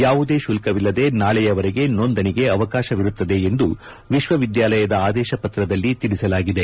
ಯಾವುದೇ ಶುಲ್ಕವಿಲ್ಲದೆ ನಾಳೆಯವರೆಗೆ ನೋಂದಣಿಗೆ ಅವಕಾಶವಿರುತ್ತದೆ ಎಂದು ವಿಶ್ವವಿದ್ಯಾಲಯದ ಆದೇಶ ಪತ್ರದಲ್ಲಿ ತಿಳಿಸಲಾಗಿದೆ